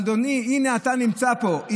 אבל אדוני, הינה, אתה נמצא פה.